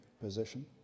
position